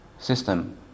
system